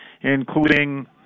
including